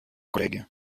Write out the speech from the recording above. collègue